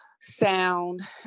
sound